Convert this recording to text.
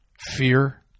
fear